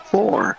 Four